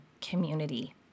community